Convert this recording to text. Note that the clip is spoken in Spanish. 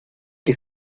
que